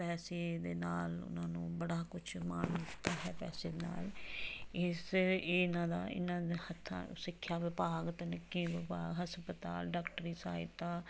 ਪੈਸੇ ਦੇ ਨਾਲ ਉਹਨਾਂ ਨੂੰ ਬੜਾ ਕੁਛ ਮਾਣ ਦਿੱਤਾ ਹੈ ਪੈਸੇ ਨਾਲ ਇਸ ਇਹ ਇਹਨਾਂ ਦਾ ਇਹਨਾਂ ਦੇ ਹੱਥਾਂ ਸਿੱਖਿਆ ਵਿਭਾਗ ਅਤੇ ਨਿੱਕੀ ਵਿਭਾ ਹਸਪਤਾਲ ਡਾਕਟਰੀ ਸਹਾਇਤਾ